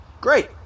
Great